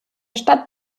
stadt